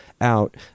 out